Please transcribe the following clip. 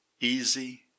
easy